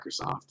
Microsoft